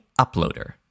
uploader